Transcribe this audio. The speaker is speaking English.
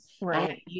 Right